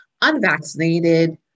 Unvaccinated